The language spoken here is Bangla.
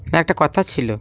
না একটা কথা ছিল